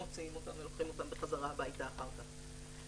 מוציאים אותם ולוקחים אותם בחזרה הביתה אחר כך.